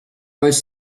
was